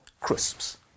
crisps